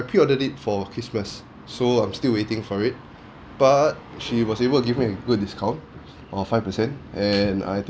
I pre-ordered it for christmas so I'm still waiting for it but she was able to give me a good discount of five percent and I thi~